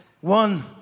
one